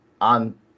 on